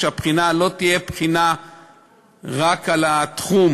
שהבחינה לא תהיה בחינה רק על התחום